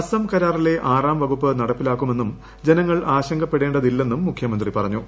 അസം കരാറിലെ ആറാം വകുപ്പ് നടപ്പിലാക്കുമെന്നും ജനങ്ങൾ ആശങ്കപ്പെടേണ്ടതില്ലെന്നും മുഖ്യമന്ത്രി പറഞ്ഞു